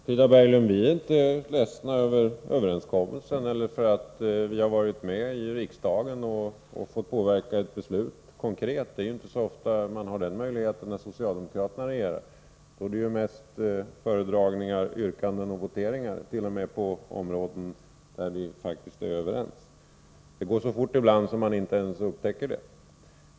Herr talman! Vi är inte, Frida Berglund, ledsna för överenskommelsens skull eller för att vi i riksdagen fått vara med och konkret påverka ett beslut. Det är inte så ofta som vi har den möjligheten när socialdemokraterna regerar. Då är det mest föredragningar, yrkanden och voteringar—t.o.m. på områden där vi faktiskt är överens. Det går ibland så fort att man inte ens upptäcker det.